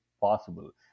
possible